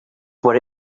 were